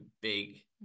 big